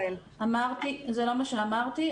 זה לא מה שאמרתי.